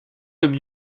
comme